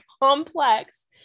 complex